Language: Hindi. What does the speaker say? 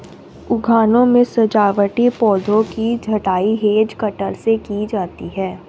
उद्यानों में सजावटी पौधों की छँटाई हैज कटर से की जाती है